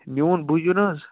میون بوٗزیوٗ نہ حظ